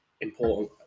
Important